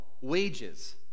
wages